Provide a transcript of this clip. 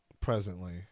presently